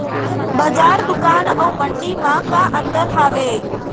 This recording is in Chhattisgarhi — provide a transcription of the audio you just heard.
बजार, दुकान अऊ मंडी मा का अंतर हावे?